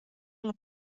les